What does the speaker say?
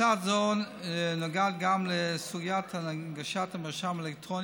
הצעה זו נוגעת גם לסוגיית הנגשת המרשם האלקטרוני